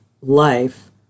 life